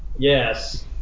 Yes